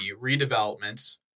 redevelopment